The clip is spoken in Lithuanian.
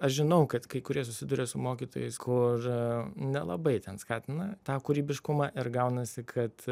aš žinau kad kai kurie susiduria su mokytojais kur nelabai ten skatina tą kūrybiškumą ir gaunasi kad